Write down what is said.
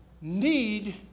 need